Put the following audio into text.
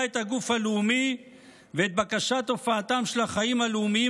את הגוף הלאומי ואת בקשת הופעתם של החיים הלאומיים